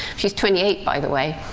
she's twenty eight, by the way,